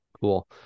Cool